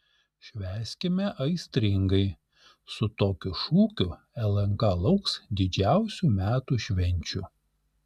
švęskime aistringai su tokiu šūkiu lnk lauks didžiausių metų švenčių